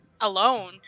alone